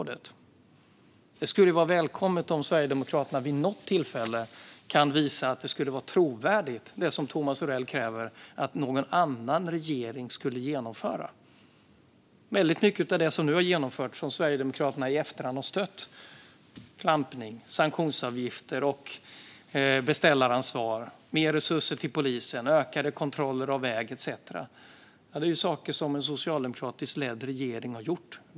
Det vore välkommet om Sverigedemokraterna vid något tillfälle kunde visa att det är trovärdigt att en annan regering skulle genomföra det som Thomas Morell kräver. Väldigt mycket av det som nu har genomförts har Sverigedemokraterna stött i efterhand, till exempel klampning, sanktionsavgifter, beställaransvar, mer resurser till polisen och ökade kontroller på väg. Det här är saker som den socialdemokratiskt ledda regeringen har gjort.